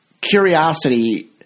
curiosity